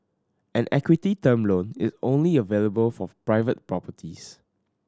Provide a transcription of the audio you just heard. an equity term loan is only available for private properties